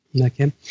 Okay